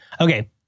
Okay